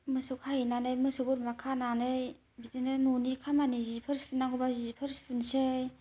मोसौ खाहैनानै मोसौ बोरमा खानानै बिदिनो न'नि खामानि जिफोर सुनांगौबा जिफोर सुनसै